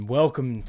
welcome